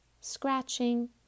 scratching